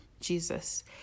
Jesus